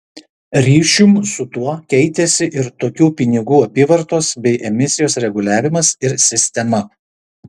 ryšium su tuo keitėsi ir tokių pinigų apyvartos bei emisijos reguliavimas ir sistema